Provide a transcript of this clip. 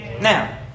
Now